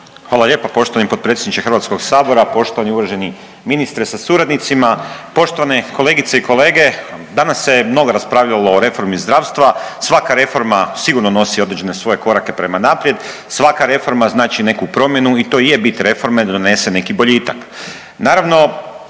Hvala lijepa poštovani potpredsjedniče Hrvatskog sabora. Poštovani i uvaženi ministre sa suradnicima, poštovane kolegice i kolege danas se mnogo raspravljalo o reformi zdravstva. Svaka reforma sigurno nosi određene svoje korake prema naprijed. Svaka reforma znači neku promjenu i to je bit reforme da donese neki boljitak.